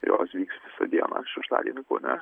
jos vyks visą dieną šeštadienį kaune